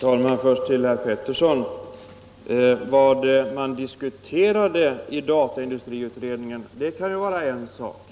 Herr talman! Först några ord till herr Pettersson i Lund. Vad man diskuterade i dataindustriutredningen må vara en sak,